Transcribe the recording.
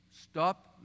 Stop